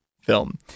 film